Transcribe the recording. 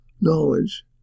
knowledge